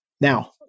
Now